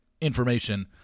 information